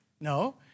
no